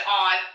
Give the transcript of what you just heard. on